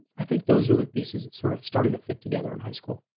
i think those are the pieces that sort of started to fit together in high school.